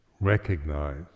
recognize